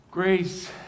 Grace